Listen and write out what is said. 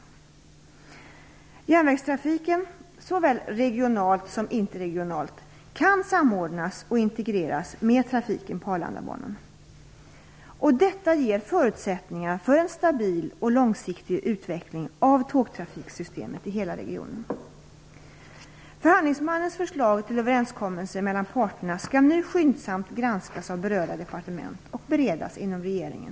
Järnvägstrafiken, såväl regionalt som interregionalt, kan samordnas och integreras med trafiken på Arlandabanan. Detta ger förutsättningar för en stabil och långsiktig utveckling av tågtrafiksystemet i hela regionen. Förhandlingsmannens förslag till överenskommelse mellan parterna skall nu skyndsamt granskas av berörda departement och beredas inom regeringen.